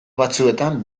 batzuetan